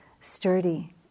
sturdy